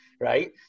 Right